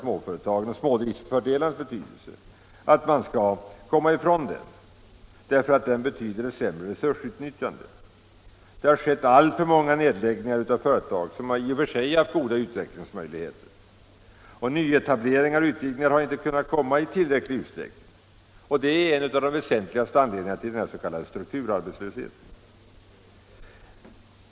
Det har skett alltför många nedläggningar av företag som Näringspolitiken Mindre och medelstora företag Näringspolitiken Mindre och medelstora företag i och för sig har haft goda utvecklingsmöjligheter, och nyetableringar och utbyggnader har inte förekommit i tillräcklig utsträckning. Detta är en av de väsentligaste anledningarna till den s.k. strukturarbetslösheten.